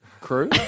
crew